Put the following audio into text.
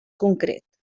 concret